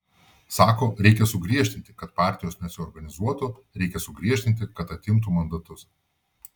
sako reikia sugriežtinti kad partijos nesiorganizuotų reikia sugriežtinti kad atimtų mandatus